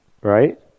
right